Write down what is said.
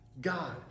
God